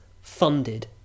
funded